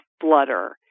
flutter